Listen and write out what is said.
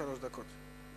שלוש דקות.